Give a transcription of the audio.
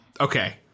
Okay